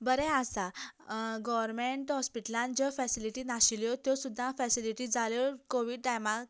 बरें आसा गोरमेंट हॉस्पिटलान ज्यो फेसिलीटिज नाशिल्यो त्यो सुद्दां फेसिलिटीज जाल्यो कोविड टायमाक